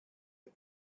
the